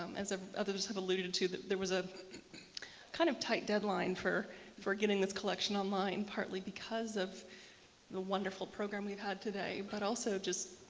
um as ah others have alluded to, there was a kind of tight deadline for for getting this collection online, partly because of the wonderful program we've had today. but also just